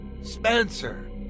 Spencer